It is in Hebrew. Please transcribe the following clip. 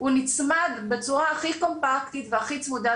הוא נצמד בצורה הכי קומפקטית והכי צמודת